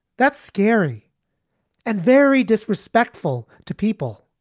that's scary and very disrespectful to people.